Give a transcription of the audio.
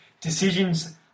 Decisions